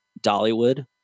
Dollywood